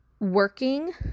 working